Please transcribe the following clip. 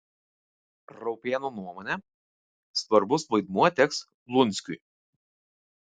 raupėno nuomone svarbus vaidmuo teks lunskiui